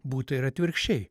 būta ir atvirkščiai